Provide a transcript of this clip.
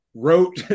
wrote